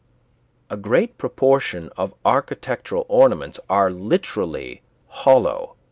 a great proportion of architectural ornaments are literally hollow,